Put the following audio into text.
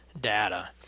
data